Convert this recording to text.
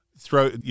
throw